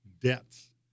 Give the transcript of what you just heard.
debts